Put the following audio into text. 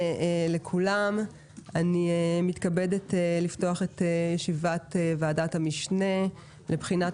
אני מתכבדת לפתוח את ישיבת ועדת המשנה לבחינת